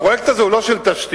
הפרויקט הזה הוא לא של תשתיות?